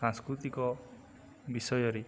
ସାଂସ୍କୃତିକ ବିଷୟରେ